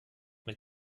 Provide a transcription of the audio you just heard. mit